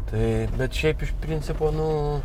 tai bet šiaip iš principo nu